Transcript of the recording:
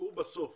גזענות